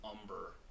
umber